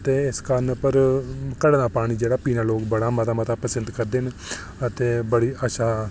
ते इस कारण पर घड़े दा पानी पीना जेह्ड़ा मता मता पसंद करदे न ते बड़ी अच्छा